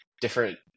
different